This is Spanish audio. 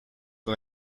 una